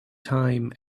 time